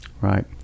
Right